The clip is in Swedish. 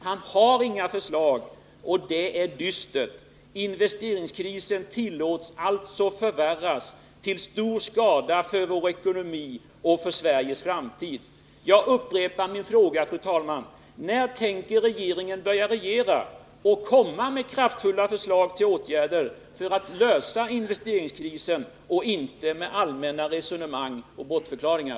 Han har inga förslag, och det är dystert. Investeringskrisen tillåts alltså förvärras, till stor skada för vår ekonomi och för Sveriges framtid. Jag upprepar min fråga, fru talman: När tänker regeringen börja regera och komma med kraftfulla förslag till åtgärder för att klara investeringskrisen i stället för allmänna resonemang och bortförklaringar?